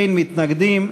אין מתנגדים,